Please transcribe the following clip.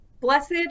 Blessed